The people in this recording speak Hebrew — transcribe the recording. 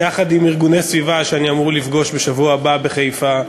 ויחד עם ארגוני סביבה שאני אמור לפגוש בשבוע הבא בחיפה,